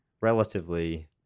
relatively